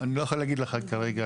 אני לא אוכל להגיד לך כרגע,